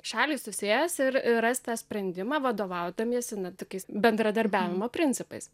šalys susės ir ras tą sprendimą vadovaudamiesi tokiais bendradarbiavimo principais